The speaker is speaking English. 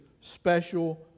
special